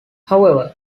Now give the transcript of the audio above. however